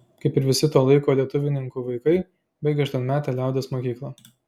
kaip ir visi to laiko lietuvininkų vaikai baigė aštuonmetę liaudies mokyklą